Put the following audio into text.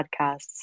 Podcasts